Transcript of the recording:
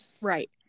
right